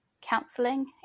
counselling